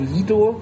Lido